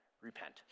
repent